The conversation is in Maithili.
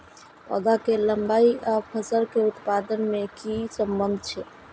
पौधा के लंबाई आर फसल के उत्पादन में कि सम्बन्ध छे?